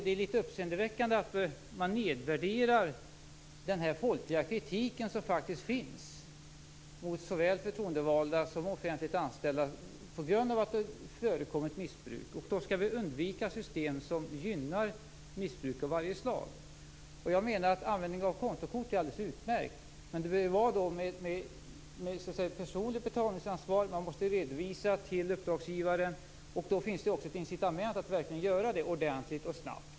Det är litet uppseendeväckande att man nedvärderar den folkliga kritik som faktiskt finns mot såväl förtroendevalda som offentligt anställda på grund av att det förekommit missbruk. Då skall vi undvika system som gynnar missbruk av varje slag. Jag menar att användning av kontokort är alldeles utmärkt, men det måste ske med personligt betalningsansvar. Man måste redovisa till uppdragsgivaren. Då finns det också ett incitament att verkligen göra det ordentligt och snabbt.